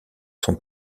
son